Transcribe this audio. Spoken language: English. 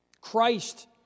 Christ